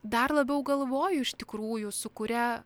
dar labiau galvoju iš tikrųjų su kuria